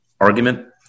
argument